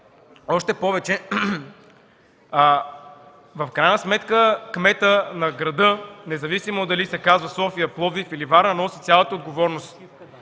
Още повече, кметът на града, независимо дали е за София, Пловдив или Варна, носи цялата отговорност.